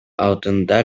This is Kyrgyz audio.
алдында